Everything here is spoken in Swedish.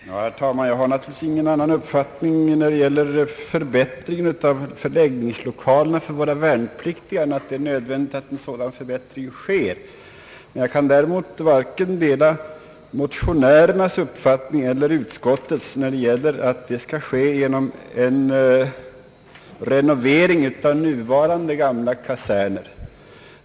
Herr talman! Jag har naturligtvis ingen annan uppfattning när det gäller förbättringar av förläggningslokalerna för våra värnpliktiga än att det är nödvändigt att en sådan förbättring sker. Jag kan däremot dela varken motionärernas eller utskottets uppfattning när det gäller att det skall ske genom renovering av nuvarande gamla kaserner.